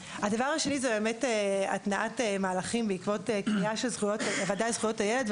הדבר השני זה התנעת מהלכים בעקבות פנייה של הוועדה לזכויות הילד.